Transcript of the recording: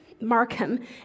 Markham